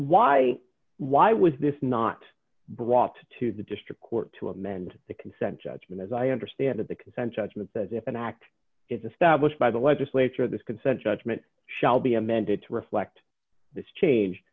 why why was this not brought to the district court to amend the consent judgment as i understand it the consent judgment that if an act is established by the legislature this consent judgment shall be amended to reflect this change